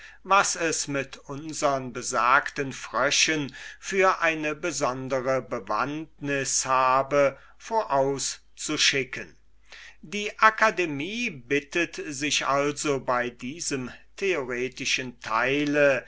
was es mit unsern besagten fröschen für eine besondere bewandtnis habe vorauszuschicken die akademie bittet sich also bei diesem theoretischen teile